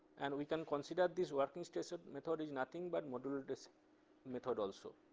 and we can consider this working stress ah method is nothing but modular disc method also.